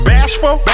Bashful